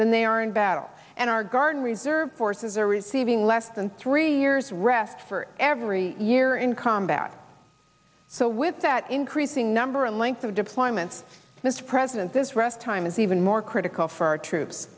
than they are in battle and our guard and reserve forces are receiving less than three years rest for every year in combat so with that increasing number and length of deployments this president this rest time is even more critical for our troops